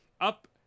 up